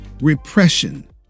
Repression